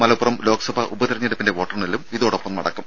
മലപ്പുറം ലോക്സഭാ ഉപതെരഞ്ഞെടുപ്പിന്റെ വോട്ടെണ്ണലും ഇതോടൊപ്പം നടക്കും